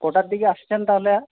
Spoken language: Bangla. কটার দিকে আসছেন তাহলে আর